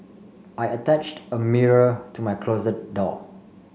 I attached a mirror to my closet door